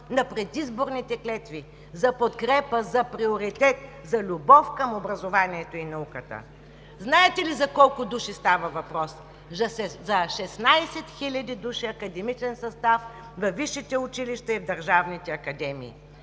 на предизборните клетви за подкрепа, за приоритет, за любов към образованието и науката. Знаете ли за колко души става въпрос? За 16 хиляди души академичен състав във висшите училища и в държавните академии,